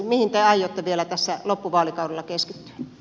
mihin te aiotte vielä tässä loppuvaalikaudella keskittyä